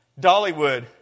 Dollywood